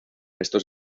estos